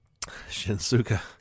Shinsuka